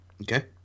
Okay